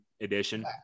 edition